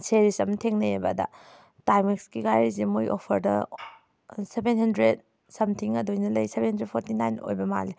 series ꯑꯃ ꯊꯦꯡꯅꯩꯑꯕ ꯑꯗ ꯇꯥꯏꯝꯃꯦꯛꯁꯀꯤ ꯘꯥꯔꯤꯁꯦ ꯃꯣꯏ ꯑꯣꯐꯔꯗ ꯁꯕꯦꯟ ꯍꯟꯗ꯭ꯔꯦꯗ ꯁꯝꯊꯤꯡ ꯑꯗꯨꯃꯥꯏꯅ ꯂꯩ ꯁꯕꯦꯟ ꯍꯟꯗ꯭ꯔꯦꯗ ꯐꯣꯔꯇꯤ ꯅꯥꯏꯟ ꯑꯣꯏꯕ ꯃꯥꯜꯂꯦ